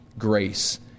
Grace